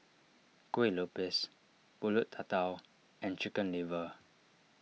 Kuih Lopes Pulut Tatal and Chicken Liver